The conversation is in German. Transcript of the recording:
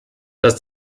dass